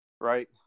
right